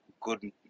good